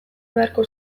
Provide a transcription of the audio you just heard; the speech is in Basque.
beharko